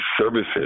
services